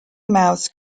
mouse